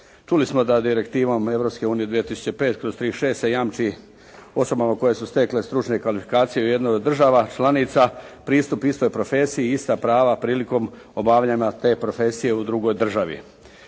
Čuli smo da direktivom Europske unije 2005./2006. se jamči osobama koje su stekle stručne kvalifikacije u jednoj od država članica pristup istoj profesija i ista prava prilikom obavljanja te profesije u drugoj državi.